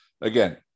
again